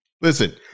Listen